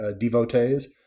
devotees